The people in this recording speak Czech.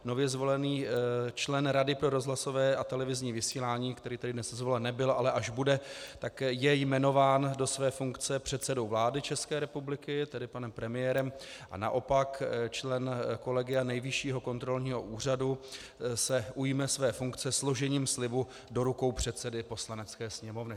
Nově zvolený člen Rady pro rozhlasové a televizní vysílání, který tady dnes zvolen nebyl, ale až bude, tak je jmenován do své funkce předsedou vlády České republiky, tedy panem premiérem, a naopak člen kolegia Nejvyššího kontrolního úřadu se ujme své funkce složením slibu do rukou předsedy Poslanecké sněmovny.